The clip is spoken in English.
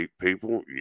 people